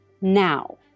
now